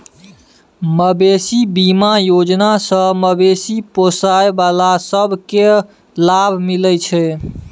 मबेशी बीमा योजना सँ मबेशी पोसय बला सब केँ लाभ मिलइ छै